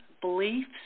beliefs